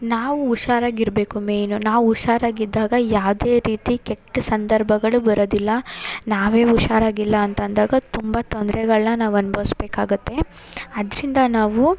ನಾವು ಹುಷಾರಾಗಿರ್ಬೇಕು ಮೇಯ್ನು ನಾವು ಹುಷಾರಾಗಿದ್ದಾಗ ಯಾವುದೇ ರೀತಿ ಕೆಟ್ಟ ಸಂದರ್ಭಗಳು ಬರೋದಿಲ್ಲ ನಾವೇ ಹುಷಾರಾಗಿಲ್ಲ ಅಂತಂದಾಗ ತುಂಬ ತೊಂದರೆಗಳನ್ನು ನಾವು ಅನ್ಭವಿಸಬೇಕಾಗುತ್ತೆ ಆದ್ದರಿಂದ ನಾವು